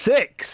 Six